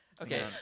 okay